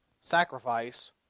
sacrifice